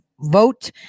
vote